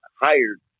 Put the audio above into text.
hired